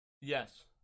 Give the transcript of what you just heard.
Yes